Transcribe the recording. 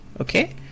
Okay